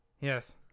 Yes